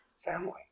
family